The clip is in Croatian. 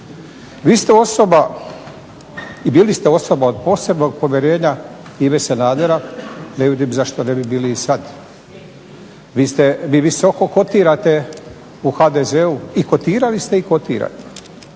vi ste osoba i bili ste osoba od posebnog povjerenja Ive Sanadera, ne vidim zašto ne bi bili i sad. Vi visoko kotirate u HDZ-u i kotirali ste i kotirate.